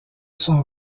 son